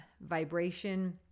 vibration